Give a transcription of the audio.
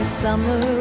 summer